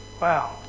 Wow